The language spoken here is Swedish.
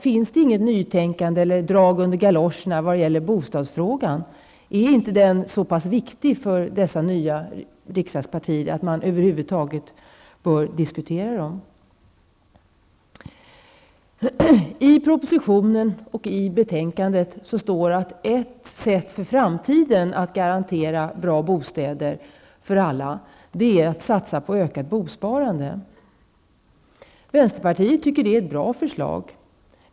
Finns det inget nytänkande eller något drag under galoscherna vad gäller bostadsfrågan? Är den frågan så oviktig för er som tillhör dessa nya riksdagspartier att ni tycker att den över huvud taget inte bör diskuteras? I propositionen och även i betänkandet står det att ett sätt att för framtiden garantera bra bostäder för alla är att satsa på ett ökat bosparande. Vi i vänsterpartiet tycker att det är ett bra förslag.